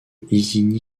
isigny